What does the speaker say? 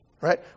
right